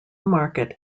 market